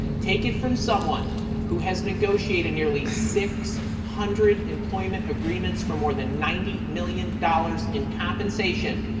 take it from someone who has negotiated nearly six hundred employment agreements for more than ninety million dollars in compensation.